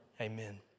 amen